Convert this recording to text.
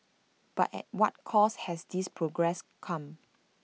but at what cost has this progress come